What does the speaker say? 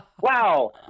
wow